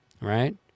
right